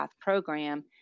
program